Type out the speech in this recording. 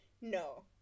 no